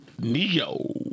Neo